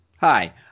Hi